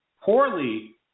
poorly